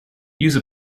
use